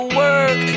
work